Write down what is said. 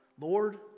Lord